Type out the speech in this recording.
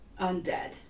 undead